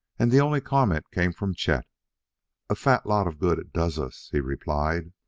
and the only comment came from chet a fat lot of good it does us! he replied.